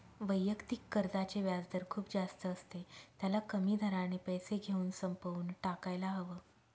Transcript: वैयक्तिक कर्जाचे व्याजदर खूप जास्त असते, त्याला कमी दराने पैसे घेऊन संपवून टाकायला हव